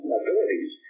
abilities